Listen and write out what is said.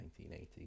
1980